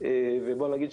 ובוא נגיד,